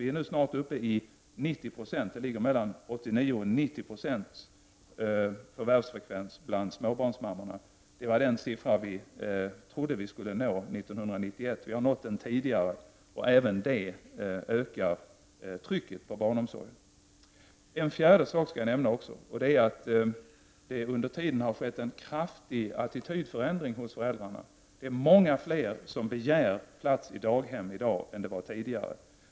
Vi är nu snart uppe i 90 96; förvärvsfrekvensen bland småbarnsmammor är mellan 89 och 90 96. Det var den siffra vi trodde att vi skulle nå 1991. Vi har nått den tidigare, och även det ökar trycket på barnomsorgen. Jag skall nämna ytterligare en sak, nämligen att det under tiden har skett en kraftig attitydförändring hos föräldrarna. Det är många fler som begär plats i daghem i dag än det var tidigare.